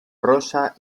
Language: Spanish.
rosa